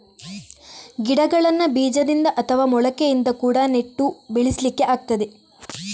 ಗಿಡಗಳನ್ನ ಬೀಜದಿಂದ ಅಥವಾ ಮೊಳಕೆಯಿಂದ ಕೂಡಾ ನೆಟ್ಟು ಬೆಳೆಸ್ಲಿಕ್ಕೆ ಆಗ್ತದೆ